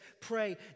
pray